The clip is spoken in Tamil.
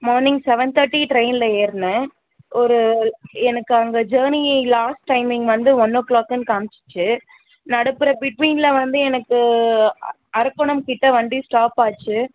மார்னிங் செவென் தர்ட்டி டிரைனில் ஏறினேன் ஒரு எனக்கு அங்கே ஜெர்னி லாஸ்ட் டைமிங் வந்து ஒன் ஓ கிளாக்னு காமிச்சுச்சு நடுப்பரம் பிட்வின்னில் வந்து எனக்கு அ அரக்கோணம் கிட்டே வண்டி ஸ்டாப் ஆச்சு